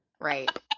Right